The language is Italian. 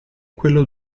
quello